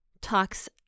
talks